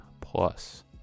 plus